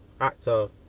actor